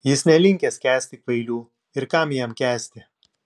jis nelinkęs kęsti kvailių ir kam jam kęsti